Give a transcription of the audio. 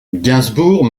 gainsbourg